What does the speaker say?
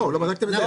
לא בדקתם את זה?